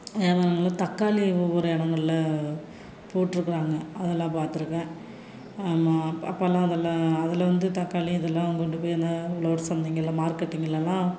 வியாபாரங்களில் தக்காளி ஒவ்வொரு இடங்களில் போட்டுருக்கறாங்க அதெல்லாம் பார்த்துருக்கேன் அப்போல்லாம் அதெல்லாம் அதில் வந்து தக்காளி இதெல்லாம் கொண்டு போய் அந்த உழவர் சந்தைங்களில் மார்க்கெட்டுகளெல்லாம்